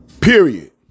Period